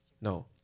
no